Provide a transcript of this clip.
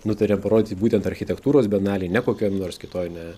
nutarėm parodyti būtent architektūros bienalėj ne kokioj nors kitoj ne